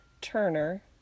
Turner